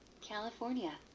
California